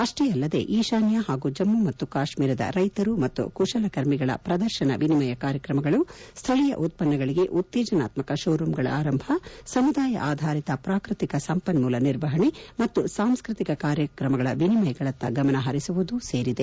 ಅಷ್ಷೇ ಅಲ್ಲದೆ ಈಶಾನ್ಯ ಹಾಗೂ ಜಮ್ನು ಮತ್ತು ಕಾಶ್ನೀರದ ರೈತರು ಮತ್ತು ಕುಶಲಕರ್ಮಿಗಳ ಪ್ರದರ್ಶನ ವಿನಿಮಯ ಕಾರ್ಯಕ್ರಮಗಳು ಸ್ಥಳೀಯ ಉತ್ಪನ್ನಗಳಿಗೆ ಉತ್ತೇಜನಾತ್ಮಕ ಶೋ ರೂಂಗಳ ಆರಂಭ ಸಮುದಾಯ ಆಧಾರಿತ ಪ್ರಾಕೃತಿಕ ಸಂಪನ್ಮೂಲ ನಿರ್ವಹಣೆ ಮತ್ತು ಸಾಂಸ್ಟತಿಕ ಕಾರ್ಯಕ್ರಮಗಳ ವಿನಿಮಯಗಳತ್ತ ಗಮನಹರಿಸುವುದು ಸೇರಿದೆ